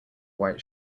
white